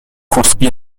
construit